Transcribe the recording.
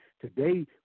Today